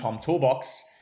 toolbox